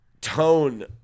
tone